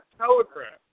telegraph